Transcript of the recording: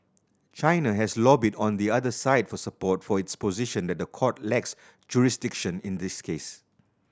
China has lobbied on the other side for support for its position that the court lacks jurisdiction in this case